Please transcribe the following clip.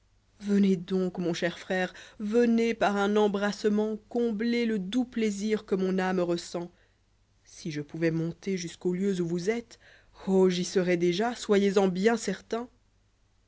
venez donc mon cher frère venez par un embrassemeut combler le doux plaisir que mon âme ressent si je pouvois monter jusqu'aux lieux où vous êtes oh j'y serais déjà soyezten j ien certain